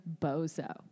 Bozo